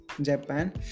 Japan